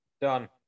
Done